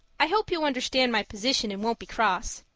i hope you understand my position and won't be cross.